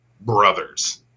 brothers